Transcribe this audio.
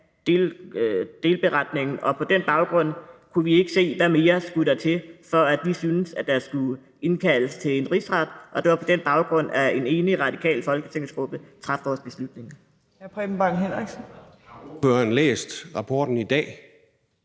delberetningen, og på den baggrund kunne vi ikke se, hvad der mere skulle til, for at vi syntes, at der skulle rejses en rigsretssag, og det var på den baggrund, at en enig radikal folketingsgruppe traf vores beslutning.